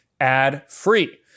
ad-free